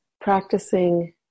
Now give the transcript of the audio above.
practicing